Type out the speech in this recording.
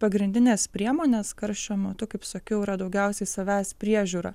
pagrindinės priemonės karščio metu kaip sakiau yra daugiausiai savęs priežiūra